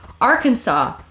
Arkansas